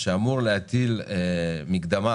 שאמור להטיל מקדמה